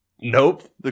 nope